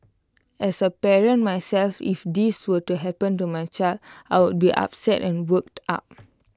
as A parent myself if this were to happen to my child I would be upset and worked up